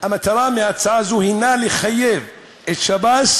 המטרה בהצעה זו הנה לחייב את שב"ס